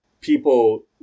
people